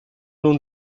nun